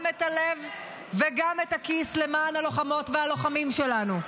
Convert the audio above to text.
את הלב וגם את הכיס למען הלוחמות והלוחמים שלנו.